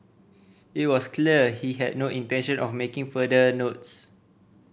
it was clear he had no intention of making further notes